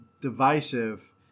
divisive